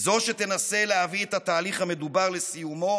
זו שתנסה להביא את התהליך המדובר לסיומו